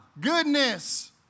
Goodness